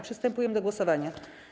Przystępujemy do głosowania.